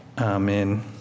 Amen